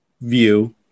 view